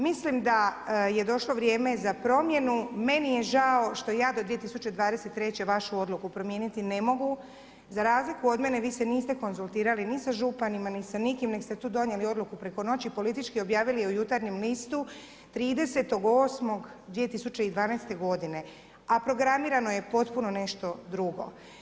Mislim da je došlo vrijeme za promjenu, meni je žao što ja do 2023. vašu odluku promijeniti ne mogu, za razliku od mene vi se niste konzultirali ni sa županima ni sa nikim, nego ste tu donijeli tu odluku preko noći, politički objavili u Jutarnjem listu 30 8. 2012. godine, a programirano je potpuno nešto drugo.